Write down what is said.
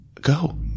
go